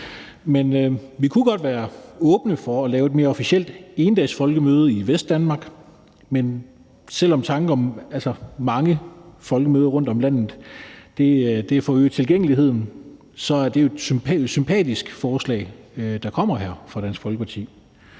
Men vi kunne godt være åbne for at lave et mere officielt endagsfolkemøde i Vestdanmark. Men selv om tanken om mange folkemøder rundtom i landet for at øge tilgængeligheden er et sympatisk forslag, der kommer her fra